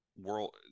world